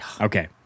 okay